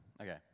Okay